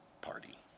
party